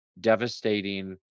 devastating